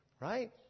Right